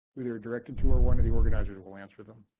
either directed to or one of the organizers will answer them.